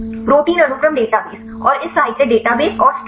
protein अनुक्रम database और इस साहित्य डेटाबेस और स्ट्रिंग pubmed